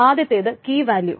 ആദ്യത്തേത് കീ പിന്നെ വാല്യൂ